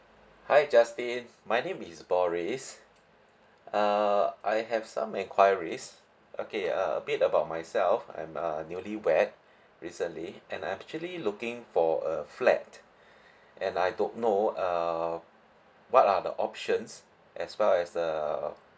hi justin my name is boris uh I have some enquiries okay uh a bit about myself I'm a newlywed recently and I'm actually looking for a flat and I don't know uh what are the options as well as err